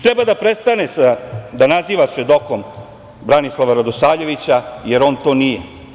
Treba da prestane da naziva svedokom Branislava Radosavljevića, jer on to nije.